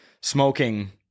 smoking